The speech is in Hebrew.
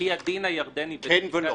כן ולא.